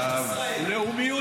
ואחריו,